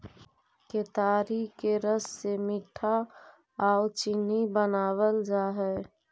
केतारी के रस से मीठा आउ चीनी बनाबल जा हई